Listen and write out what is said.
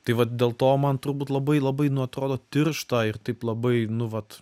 tai vat dėl to man turbūt labai labai nu atrodo tiršta ir taip labai nu vat